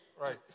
Right